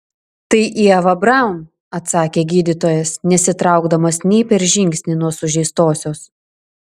tai ieva braun atsakė gydytojas nesitraukdamas nei per žingsnį nuo sužeistosios